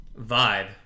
vibe